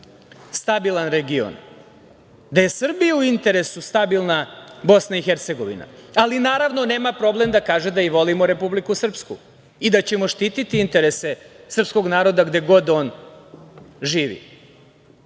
stabilan region, da je Srbiji u interesu stabilna BiH, ali naravno nema problem da kaže da volimo i Republiku Srpsku i da ćemo štiti interese srpskog naroda gde god on